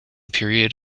period